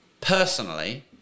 personally